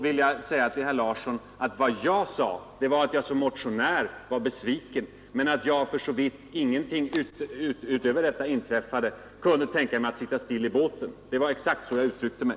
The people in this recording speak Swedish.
Vad jag sade vid vår diskussion då, herr Larsson, var att jag som motionär var besviken men att jag, såvitt inget utöver detta inträffade, kunde tänka mig att sitta still i båten. Det var exakt så jag uttryckte mig.